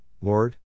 Lord